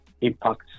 impact